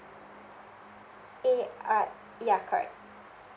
A I ya correct